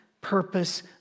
purpose